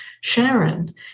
Sharon